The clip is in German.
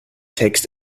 text